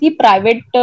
private